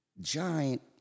giant